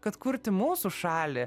kad kurti mūsų šalį